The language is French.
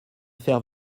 faire